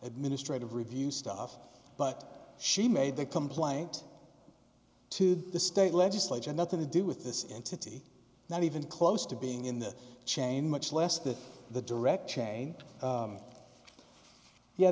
administrative review stuff but she made the complaint to the state legislature nothing to do with this in city not even close to being in the chain much less that the direct chain yeah